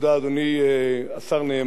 אדוני השר נאמן,